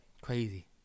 Crazy